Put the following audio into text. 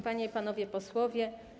Panie i Panowie Posłowie!